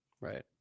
Right